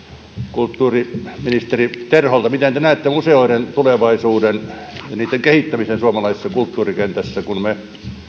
kulttuuriministeri terholta miten te näette museoiden tulevaisuuden ja niitten kehittämisen suomalaisessa kulttuurikentässä kun me